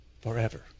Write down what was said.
Forever